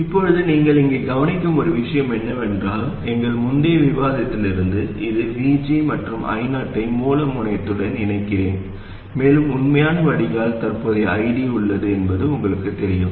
இப்போது நீங்கள் இங்கே கவனிக்கும் ஒரு விஷயம் என்னவென்றால் எங்கள் முந்தைய விவாதத்திலிருந்து இது VG மற்றும் I0 ஐ மூல முனையத்துடன் இணைக்கிறேன் மேலும் உண்மையான வடிகால் தற்போதைய ID உள்ளது என்பது உங்களுக்குத் தெரியும்